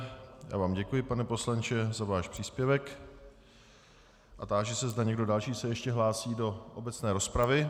Já vám děkuji, pane poslanče, za váš příspěvek a táži se, zda někdo další se ještě hlásí do obecné rozpravy.